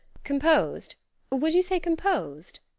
composed would you say composed?